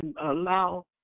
allow